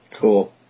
Cool